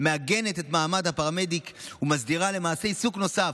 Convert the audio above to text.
מעגנת את מעמד הפרמדיק ומסדירה למעשה עיסוק נוסף,